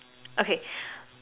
okay